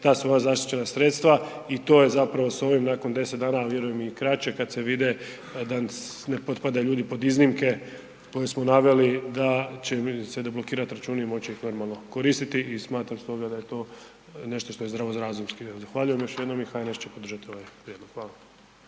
ta svoja zaštićena sredstva i to je zapravo s ovim nakon 10 dana, a vjerujem i kraće kad se vide da ne potpadaju ljudi pod iznimke koje smo naveli da će im se deblokirati računi i moći ih normalno koristiti i smatram stoga da je to nešto što je zdravorazumski. Zahvaljujem još jednom i HNS će podržati ovaj prijedlog. Hvala.